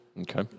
Okay